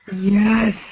Yes